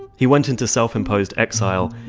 he went into self-imposed exile,